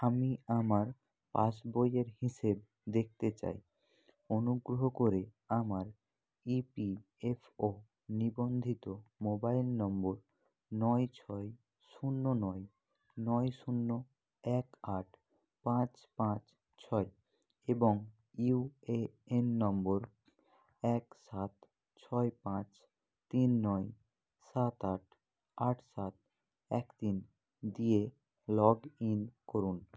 আমি আমার পাসবইয়ের হিসেব দেকতে চাই অনুগ্রহ করে আমার ইপিএফও নিবন্ধিত মোবাইল নম্বর নয় ছয় শূন্য নয় নয় শূন্য এক আট পাঁচ পাঁচ ছয় এবং ইউ এ এন নম্বর এক সাত ছয় পাঁচ তিন নয় সাত আট আট সাত এক তিন দিয়ে লগ ইন করুন